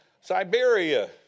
Siberia